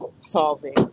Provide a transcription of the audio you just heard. solving